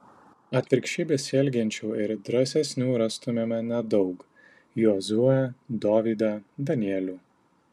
atvirkščiai besielgiančių ir drąsesnių rastumėme nedaug jozuę dovydą danielių